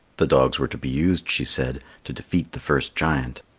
the dogs were to be used, she said, to defeat the first giant.